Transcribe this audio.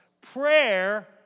prayer